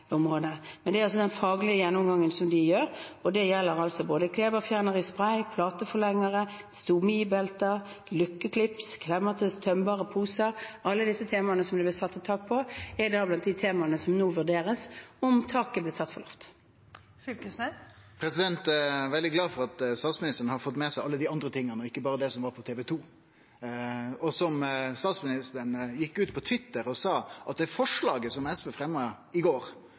området. Men det blir en del av den faglige gjennomgangen de skal gjøre. Det gjelder både klebefjerner i spray, plateforlengere, stomibelter, lukkeklips, klemmer til tømbare poser – alt dette, som det ble satt et tak på, er blant de tingene hvor det nå vurderes om taket ble satt for lavt. Det åpnes opp for oppfølgingsspørsmål – først Torgeir Knag Fylkesnes. Eg er veldig glad for at statsministeren har fått med seg alle dei andre tinga også og ikkje berre det som var på TV 2. Statsministeren gjekk ut på Twitter og sa at det forslaget som SV fremja i